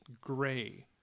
gray